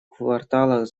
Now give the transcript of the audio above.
кварталах